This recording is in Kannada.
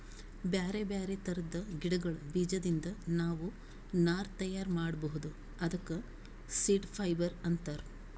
ಬ್ಯಾರೆ ಬ್ಯಾರೆ ಥರದ್ ಗಿಡಗಳ್ ಬೀಜದಿಂದ್ ನಾವ್ ನಾರ್ ತಯಾರ್ ಮಾಡ್ಬಹುದ್ ಅದಕ್ಕ ಸೀಡ್ ಫೈಬರ್ ಅಂತಾರ್